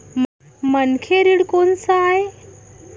मनखे ऋण कोन स आय?